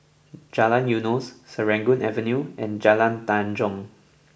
Jalan Eunos Serangoon Avenue and Jalan Tanjong